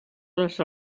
les